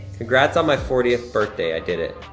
congrats on my fortieth birthday. i did it.